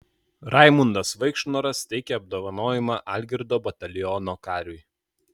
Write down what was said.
raimundas vaikšnoras teikia apdovanojimą algirdo bataliono kariui